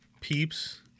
Peeps